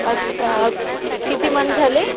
अच्छा किती मंथ झाले